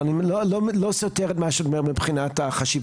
אבל זה לא סותר את מה שאת אומרת מבחינת החשיבות